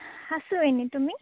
আছোঁ এনে তুমি